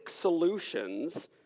solutions